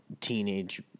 teenage